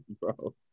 bro